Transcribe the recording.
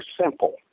simple